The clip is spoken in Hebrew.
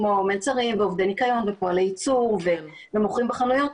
כמו מלצרים ועובדי ניקיון ופועלי ייצור ומוכרים בחנויות,